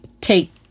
take